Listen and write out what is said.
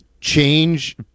change